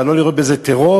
אבל גם לא לראות בזה טרור.